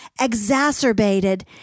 exacerbated